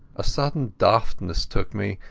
a sudden daftness took me,